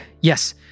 yes